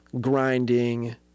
grinding